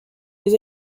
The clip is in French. les